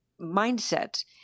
mindset